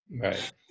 Right